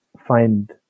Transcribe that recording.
find